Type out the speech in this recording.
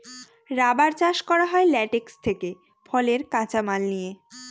rubber চাষ করা হয় ল্যাটেক্স থেকে ফলের কাঁচা মাল নিয়ে